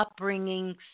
upbringings